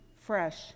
fresh